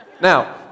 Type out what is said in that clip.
now